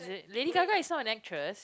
Lady-Gaga is not an actress